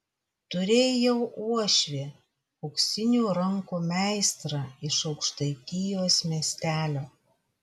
turėjau uošvį auksinių rankų meistrą iš aukštaitijos miestelio